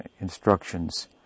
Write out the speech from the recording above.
instructions